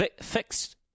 fixed